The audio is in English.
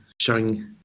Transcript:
showing